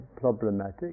problematic